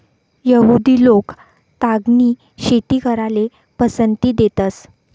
यहुदि लोक तागनी शेती कराले पसंती देतंस